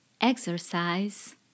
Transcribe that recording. exercise